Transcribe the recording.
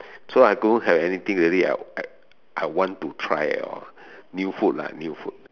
so I don't have anything already I I I want to try at all new food lah new food